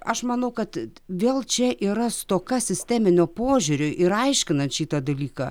aš manau kad vėl čia yra stoka sisteminio požiūrio ir aiškinant šitą dalyką